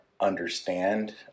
understand